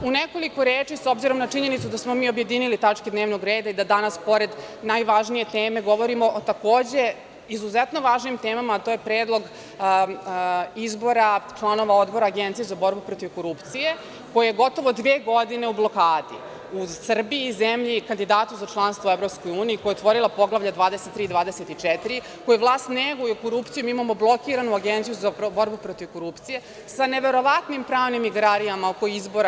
U nekoliko reči, s obzirom na činjenicu da smo mi objedinili tačke dnevnog reda i da danas, pored najvažnije teme, govorimo o takođe izuzetno važnim temama, a to je predlog izbora članova odbora Agencije za borbu protiv korupcije, koje je gotovo dve godine u blokadi, u Srbiji, zemlji kandidatu za članstvo u Evropskoj uniji, koja je otvorila poglavlja 23 i 24, u kojoj vlast neguje korupciju, jer mi imamo blokiranu Agenciju za borbu protiv korupcije, sa neverovatnim pravnim igrarijama oko izbora.